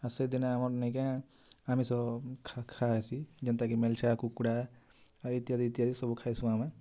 ଆର୍ ସେ ଦିନେ ଆମର ନେଇକା ଆମିଷ ଖାଆସି ଯେନ୍ତା କି ମେଲଛା କୁକୁଡ଼ା ଆଉ ଇତ୍ୟାଦି ଇତ୍ୟାଦି ସବୁ ଖାଇସୁ ଆମେ